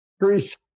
grease